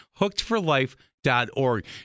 Hookedforlife.org